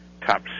top